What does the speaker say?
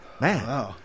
man